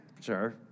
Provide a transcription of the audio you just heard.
sure